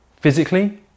physically